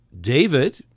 David